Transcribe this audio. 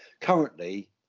currently